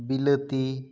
ᱵᱤᱞᱟᱹᱛᱤ